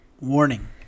Warning